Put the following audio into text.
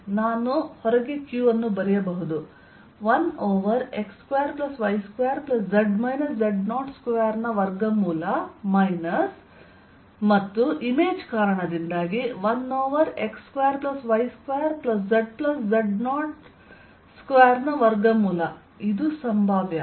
ನಾನು ಹೊರಗೆ q ಅನ್ನು ಬರೆಯಬಹುದು 1 ಓವರ್ x2y2z z02ನ ವರ್ಗಮೂಲ ಮೈನಸ್ ಮತ್ತು ಇಮೇಜ್ ಕಾರಣದಿಂದಾಗಿ 1 ಓವರ್x2y2zz02ನ ವರ್ಗಮೂಲ ಇದು ಸಂಭಾವ್ಯ